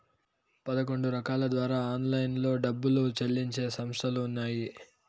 పదకొండు రకాల ద్వారా ఆన్లైన్లో డబ్బులు చెల్లించే సంస్థలు ఉన్నాయి